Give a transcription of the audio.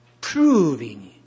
proving